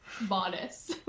bodice